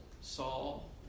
Saul